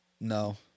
No